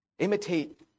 Imitate